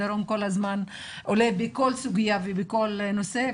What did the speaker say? הדרום כל הזמן עולה בכל סוגיה ובכל נושא,